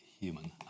human